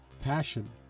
passion